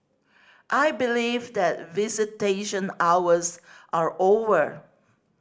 I believe that visitation hours are over